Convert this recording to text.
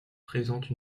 présente